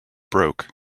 broke